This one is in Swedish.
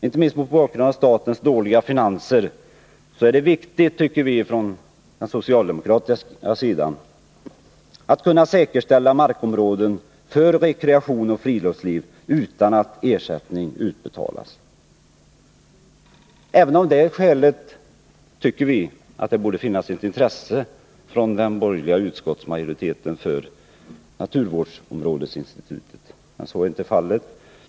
Inte minst mot bakgrund av statens dåliga finanser är det viktigt, tycker vi från den socialdemokratiska sidan, att markområden kan säkerställas för rekreation och friluftsliv utan att ersättning utbetalas. Även av det skälet tycker vi att det borde finnas ett intresse från den borgerliga utskottsmajoriteten för våra förslag. Men så är inte fallet.